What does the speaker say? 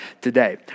today